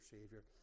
Savior